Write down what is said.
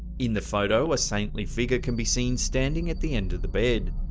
in the photo, a saintly figure can be seen standing at the end of the bed.